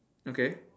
okay